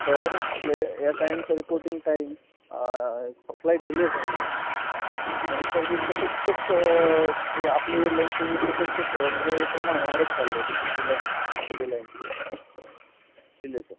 तर हे या टाईमचं रिपोर्टिंग टाईम फ्लाईट डिले झाली आहे आणि सर हे सततचंच हे आपले एअरलाईनचं हे सततचंच म्हणजे हे प्रमाण वाढत चाललं आहे डि डिलायन्सचे डिलायन डिले सर